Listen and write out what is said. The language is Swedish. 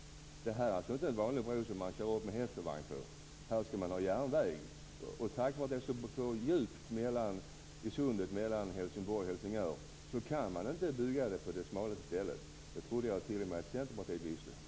Det här är alltså inte en vanlig bro som man kör upp på med häst och vagn. På den skall man ha järnväg. Tack vare att det är så djupt i sundet mellan Helsingborg och Helsingör kan bron inte byggas på det smalaste stället. Det trodde jag att t.o.m. Centerpartiet visste.